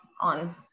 on